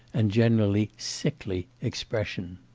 and generally sickly, expression.